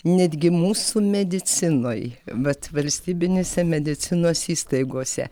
netgi mūsų medicinoj vat valstybinėse medicinos įstaigose